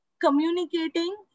communicating